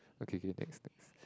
okay K next